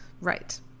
Right